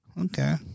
Okay